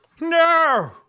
No